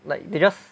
like they just